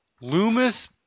Loomis